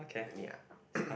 need ah